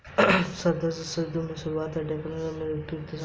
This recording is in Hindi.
शरद ऋतु की शुरुआत डैफोडिल लगाने के लिए उपयुक्त समय है